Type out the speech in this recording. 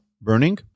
burning